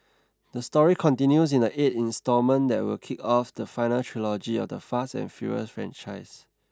the story continues in the eight instalment that will kick off the final trilogy of the fast and furious franchise